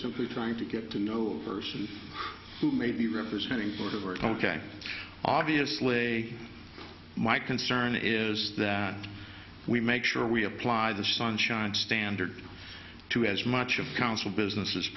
simply trying to get to know person who may be representing order and ok obviously my concern is that we make sure we apply the sunshine standard to as much of council business as